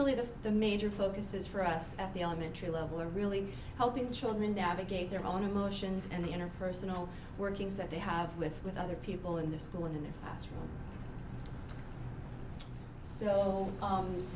really the the major focuses for us at the elementary level are really helping children advocate their own emotions and the interpersonal workings that they have with with other people in their school and in the classroom so